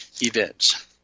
events